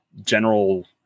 general